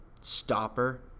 stopper